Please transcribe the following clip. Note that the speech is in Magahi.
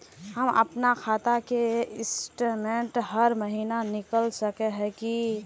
हम अपना खाता के स्टेटमेंट हर महीना निकल सके है की?